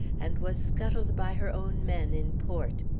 and was scuttled by her own men in port.